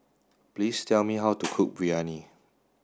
please tell me how to cook Biryani